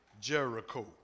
Jericho